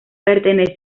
pertenece